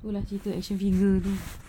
tu lah cerita action figure tu